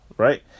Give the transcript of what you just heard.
Right